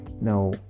Now